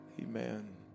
Amen